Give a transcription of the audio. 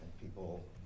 people